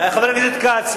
חבר הכנסת כץ,